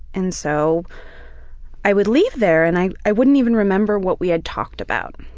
and so i would leave there and i i wouldn't even remember what we had talked about.